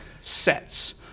sets